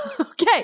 Okay